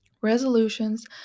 resolutions